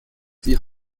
die